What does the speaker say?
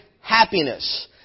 happiness